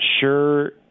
sure